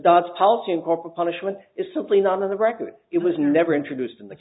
darts policy of corporal punishment is simply not on the record it was never introduced in the